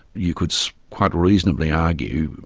you could quite reasonably argue,